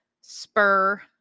spur